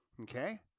okay